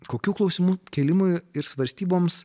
kokių klausimų kėlimui ir svarstyboms